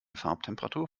farbtemperatur